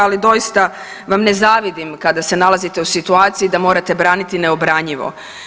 Ali doista vam ne zavidim kada se nalazite u situaciji da morate braniti neobranjivo.